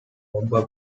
probably